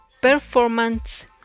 performance